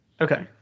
okay